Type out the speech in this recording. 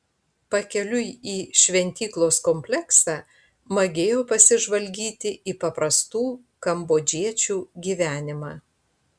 pakeliui į šventyklos kompleksą magėjo pasižvalgyti į paprastų kambodžiečių gyvenimą